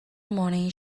morning